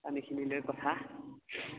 পানীখিনিলৈ কথা